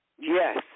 Yes